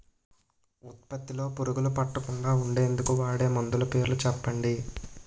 ఉత్పత్తి లొ పురుగులు పట్టకుండా ఉండేందుకు వాడే మందులు పేర్లు చెప్పండీ?